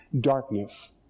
darkness